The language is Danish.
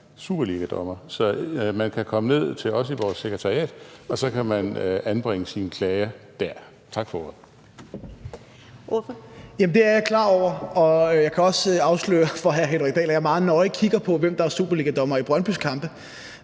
superligadommer. Så man kan komme ned til os i vores sekretariat, og så kan man anbringe sine klager der. Tak for ordet.